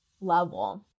level